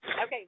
okay